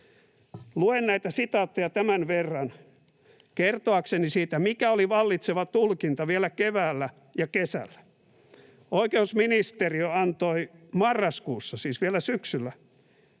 Luen näitä sitaatteja tämän verran kertoakseni siitä, mikä oli vallitseva tulkinta vielä keväällä ja kesällä. Oikeusministeriö antoi marraskuussa, siis vielä syksyllä,